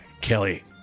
Kelly